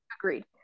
agreed